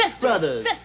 Brothers